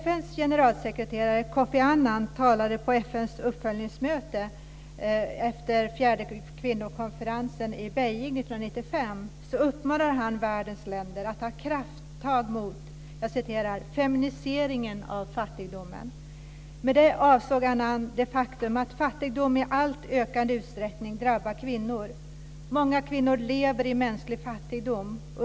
FN:s uppföljningsmöte efter fjärde kvinnokonferensen i Beijing 1995 uppmanade han världens länder att ta krafttag mot "feminiseringen av fattigdomen". Med detta avsåg Annan det faktum att fattigdom i allt ökande utsträckning drabbar kvinnor. Många kvinnor lever i mänsklig fattigdom.